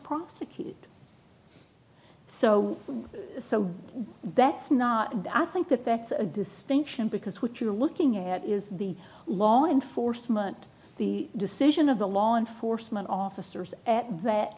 prosecute so that's not i think that that's a good thing because what you're looking at is the law enforcement the decision of the law enforcement officers at that